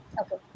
okay